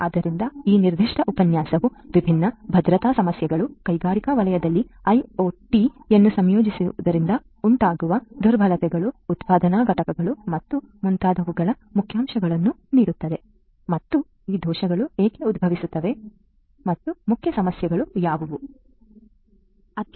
ಆದ್ದರಿಂದ ಈ ನಿರ್ದಿಷ್ಟ ಉಪನ್ಯಾಸವು ವಿಭಿನ್ನ ಭದ್ರತಾ ಸಮಸ್ಯೆಗಳು ಕೈಗಾರಿಕಾ ವಲಯದಲ್ಲಿ ಐಒಟಿಯನ್ನು ಸಂಯೋಜಿಸುವುದರಿಂದ ಉಂಟಾಗುವ ದುರ್ಬಲತೆಗಳು ಉತ್ಪಾದನಾ ಘಟಕಗಳು ಮತ್ತು ಮುಂತಾದವುಗಳ ಮುಖ್ಯಾಂಶವನ್ನು ನೀಡುತ್ತದೆ ಮತ್ತು ಈ ದೋಷಗಳು ಏಕೆ ಉದ್ಭವಿಸುತ್ತವೆ ಮತ್ತು ಮುಖ್ಯ ಸಮಸ್ಯೆಗಳು ಯಾವುವು ಮತ್ತು ಇತ್ಯಾದಿ